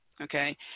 okay